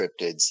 cryptids